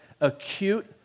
acute